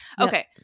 Okay